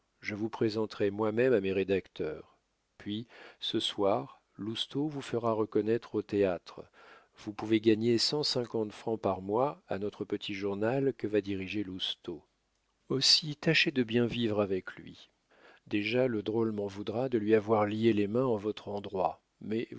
je vous présenterai moi-même à mes rédacteurs puis ce soir lousteau vous fera reconnaître aux théâtres vous pouvez gagner cent cinquante francs par mois à notre petit journal que va diriger lousteau aussi tâchez de bien vivre avec lui déjà le drôle m'en voudra de lui avoir lié les mains en votre endroit mais